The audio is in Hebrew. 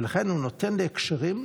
ולכן הוא נותן להקשרים,